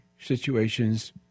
situations